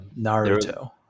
Naruto